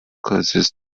causes